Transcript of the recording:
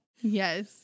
Yes